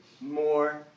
more